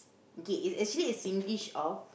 okay is actually a Singlish of